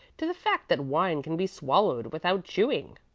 to the fact that wine can be swallowed without chewing.